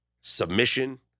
submission